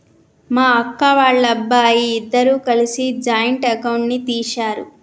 మా అక్క, వాళ్ళబ్బాయి ఇద్దరూ కలిసి జాయింట్ అకౌంట్ ని తీశారు